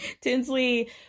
Tinsley